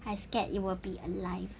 I scared it will be alive